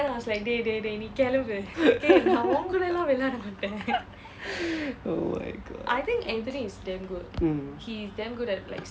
oh my god